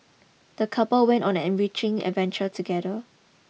the couple went on an enriching adventure together